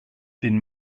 been